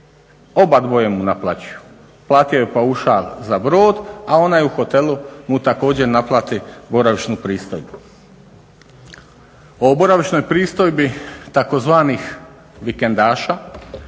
obadvoje mu naplaćuju, platio je paušal za brod, a onaj u hotelu mu također naplati boravišnu pristojbu. O boravišnoj pristojbi takozvanih vikenadaša